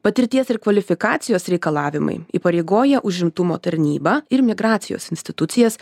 patirties ir kvalifikacijos reikalavimai įpareigoja užimtumo tarnybą ir migracijos institucijas